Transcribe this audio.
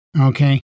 okay